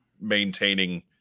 maintaining